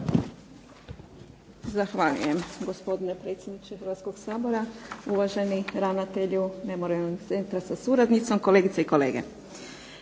Zahvaljujem. Gospodine predsjedniče Hrvatskoga sabora, uvaženi ravnatelju memorijalnog centra sa suradnicom, kolegice i kolege.